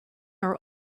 are